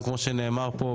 כמו שנאמר פה,